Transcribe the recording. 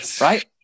Right